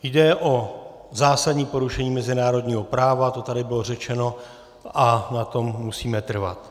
Jde o zásadní porušení mezinárodního práva, to tady bylo řečeno a na tom musíme trvat.